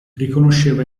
riconosceva